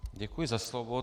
Děkuji za slovo.